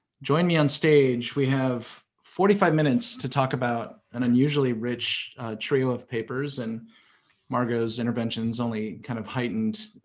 join me on stage. we have forty five minutes to talk about an unusually rich trio of papers. and margot's interventions only kind of heightened,